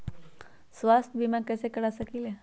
स्वाथ्य बीमा कैसे करा सकीले है?